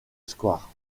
square